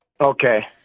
Okay